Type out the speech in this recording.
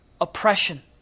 oppression